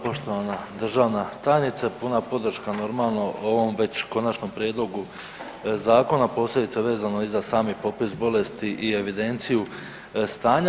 Poštovana državna tajnice, puna podrška normalno ovom već Konačnom prijedlogu zakona, posebice vezano i za sami popis bolesti i evidenciju stanja.